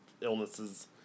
illnesses